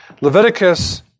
Leviticus